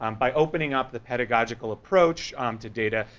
um by opening up the pedagogical approach um to data,